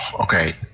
okay